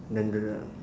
then the